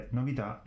novità